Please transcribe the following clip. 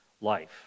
life